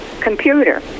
computer